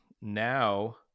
Now